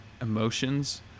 emotions